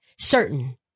certain